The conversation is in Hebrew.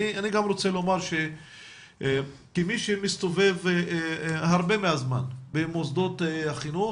אני גם רוצה לומר שכמי שמסתובב הרבה מהזמן במוסדות החינוך,